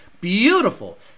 beautiful